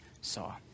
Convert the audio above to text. saw